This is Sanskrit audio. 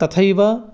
तथैव